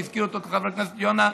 שהזכיר אותו חבר הכנסת יונה,